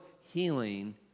healing